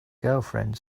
girlfriend